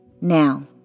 Now